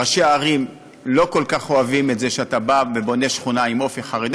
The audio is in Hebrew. ראשי ערים לא כל כך אוהבים את זה שאתה בא ובונה שכונה עם אופי חרדי,